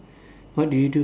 what do you do